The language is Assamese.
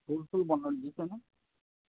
ফুল চুল বনাই দিছেনে